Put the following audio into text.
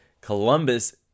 Columbus